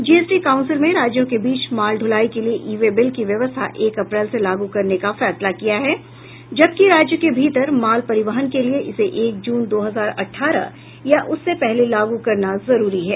GST council में राज्यों के बीच माल ढुलाई के लिए ई वे बिल की व्यवस्था एक अप्रैल से लागू करने का फैसला किया है जबकि राज्य के भीतर माल परिवहन के लिए इसे एक जून दो हजार अठारह या उससे पहले लागू करना जरूरी है